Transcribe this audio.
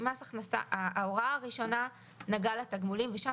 ההוראה הראשונה נגעה לתגמולים ושם